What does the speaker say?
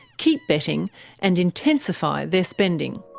keep betting and intensify their spending.